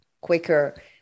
quicker